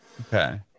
Okay